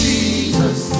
Jesus